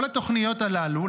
כל התוכניות הללו,